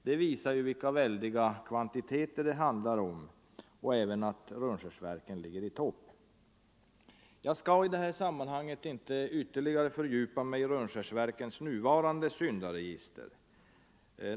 Det visar vilka väldiga kvantiteter det handlar om och att Rönnskärsverken ligger i topp. Jag skall inte ytterligare fördjupa mig i Rönnskärsverkens nuvarande syndaregister.